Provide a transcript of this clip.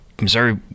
Missouri